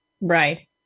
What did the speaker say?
Right